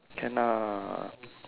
can ah